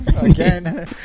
again